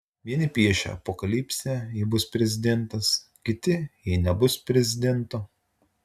vieni piešia apokalipsę jei bus prezidentas kiti jei nebus prezidento